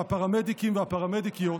שהפרמדיקים והפרמדיקיות